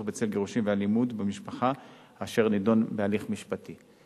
בצל גירושין ואלימות במשפחה אשר נדון בהליך משפטי.